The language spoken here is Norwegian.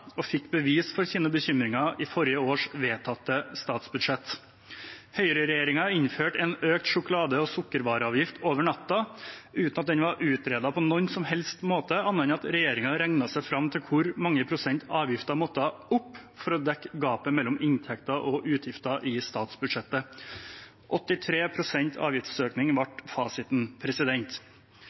og de fikk bevis for sine bekymringer i forrige års vedtatte statsbudsjett. Høyreregjeringen innførte en økt sjokolade- og sukkervareavgift over natten uten at den var utredet på noen som helst måte annet enn at regjeringen regnet seg fram til hvor mange prosent avgiften måtte opp for å dekke gapet mellom inntekter og utgifter i statsbudsjettet. 83 pst. avgiftsøkning ble fasiten.